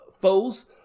foes